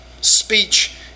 Speech